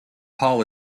hall